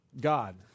God